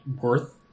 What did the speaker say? worth